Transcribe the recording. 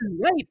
right